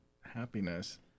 happiness